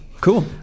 Cool